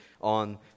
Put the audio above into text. on